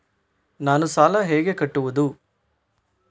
ನಾನು ಸಾಲ ಹೇಗೆ ಕಟ್ಟುವುದು?